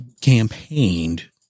campaigned